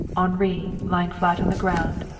henri, lying flat on the ground,